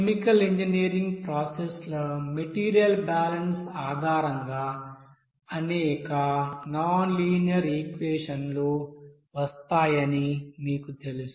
chemical engineering process ల material balance ఆధారంగా అనేక నాన్ లీనియర్ ఈక్వెషన్లు వస్తాయని మీకు తెలుసు